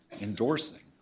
endorsing